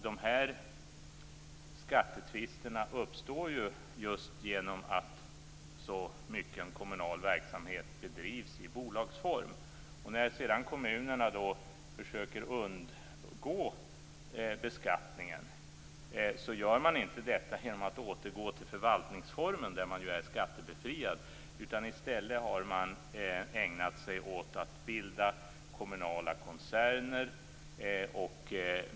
De här skattetvisterna uppstår just genom att så mycken kommunal verksamhet bedrivs i bolagsform. När sedan kommunerna försöker undgå beskattningen gör man inte detta genom att återgå till förvaltningsformen, där man ju är skattebefriad. I stället har man ägnat sig åt att bilda kommunala koncerner.